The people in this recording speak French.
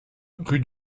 rue